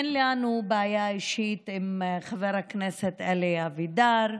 אין לנו בעיה אישית עם חבר הכנסת אלי אבידר,